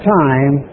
time